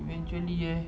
eventually eh